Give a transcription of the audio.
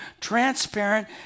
transparent